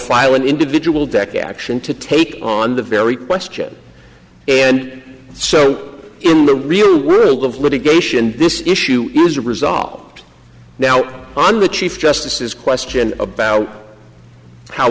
file an individual deck action to take on the very question and so in the real world of litigation this issue is resolved now on the chief justice is question about how